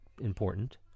important